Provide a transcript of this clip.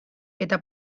eta